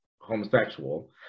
homosexual